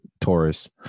Taurus